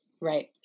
Right